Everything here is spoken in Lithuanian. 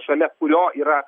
šalia kurio yra